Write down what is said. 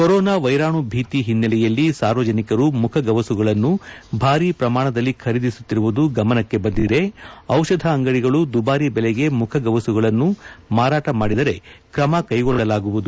corona ವೈರಾಣು ಭೀತಿ ಹಿನ್ನೆಲೆಯಲ್ಲಿ ಸಾರ್ವಜನಿಕರು ಮುಖಗವಸುಗಳನ್ನು ಭಾರೀ ಪ್ರಮಾಣದಲ್ಲಿ ಖರೀದಿಸುತ್ತಿರುವುದು ಗಮನಕ್ಕೆ ಬಂದಿದೆ ಚಿಷಧ ಅಂಗಡಿಗಳು ದುಬಾರಿ ಬೆಲೆಗೆ ಮುಖಗವಸುಗಳನ್ನು ಮಾರಾಟ ಮಾಡಿದರೆ ಕ್ರಮ ಕೈಗೊಳ್ಳಲಾಗುವುದು